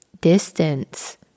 distance